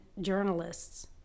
journalists